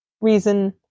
reason